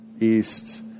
east